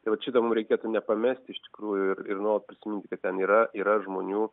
tai vat šito mum reikėtų nepamesti iš tikrųjų ir ir nuolat prisiminti kad ten yra yra žmonių